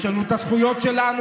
יש לנו את הזכויות שלנו,